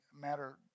matter